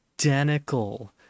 identical